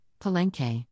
Palenque